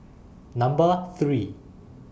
Number three